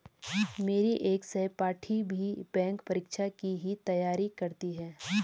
मेरी एक सहपाठी भी बैंक परीक्षा की ही तैयारी करती है